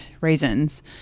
reasons